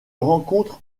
rencontre